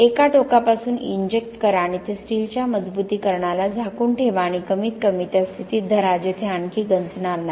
एका टोकापासून इंजेक्ट करा आणि ते स्टीलच्या मजबुतीकरणाला झाकून ठेवा आणि कमीतकमी त्या स्थितीत धरा जेथे आणखी गंज नाही